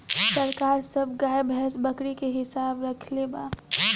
सरकार सब गाय, भैंस, बकरी के हिसाब रक्खले बा